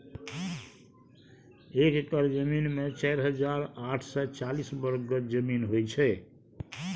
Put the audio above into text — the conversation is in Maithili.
एक एकड़ जमीन मे चारि हजार आठ सय चालीस वर्ग गज जमीन होइ छै